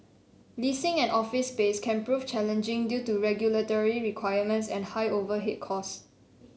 leasing an office space can prove challenging due to regulatory requirements and high overhead costs